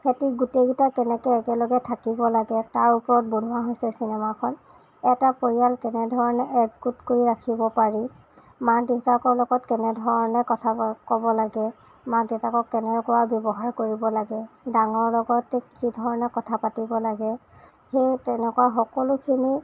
সিহঁতি গোটেইকেইটা কেনেকৈ একেলগে থাকিব লাগে তাৰ ওপৰত বনোৱা হৈছে চিনেমাখন এটা পৰিয়াল কেনেধৰণে একগোট কৰি ৰাখিব পাৰি মাক দেউতাকৰ লগত কেনেধৰণে কথা ক'ব লাগে মাক দেউতাকক কেনেকুৱা ব্য়ৱহাৰ কৰিব লাগে ডাঙৰৰ লগত কিধৰণে কথা পাতিব লাগে সেই তেনেকুৱা সকলোখিনি